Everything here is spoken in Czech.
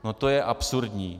No to je absurdní.